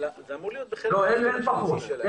אין פחות.